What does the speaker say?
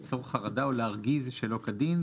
לצור חרדה או להרגיז שלא כדין,